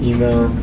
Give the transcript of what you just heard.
Email